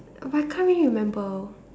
but I can't really remember